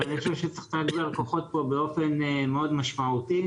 אני חושב שצריך להגביר כוחות פה באופן מאוד משמעותי.